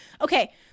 okay